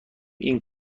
این